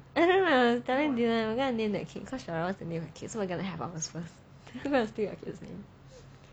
I don't know I was telling dylan that I'm going name that kid cause cheryl has the name of the kid so we are going to have ours first I'm going to steak your kids name